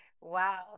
wow